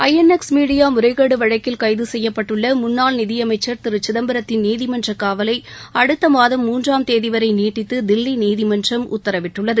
ற N X media முறைகேடு வழக்கில் கைது செய்யப்பட்டுள்ள முன்னாள் நிதி அமைச்சர் திரு சிதம்பரத்தின் நீதிமன்ற காவலை அடுத்த மாதம் மூன்றாம் தேதிவரை நீட்டித்து தில்லி நீதிமன்றம் உத்தரவிட்டுள்ளது